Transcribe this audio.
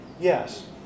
Yes